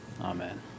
Amen